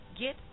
get